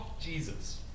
Jesus